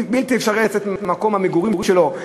בלתי אפשרי לצאת ממקום המגורים שלו.